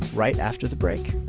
right after the break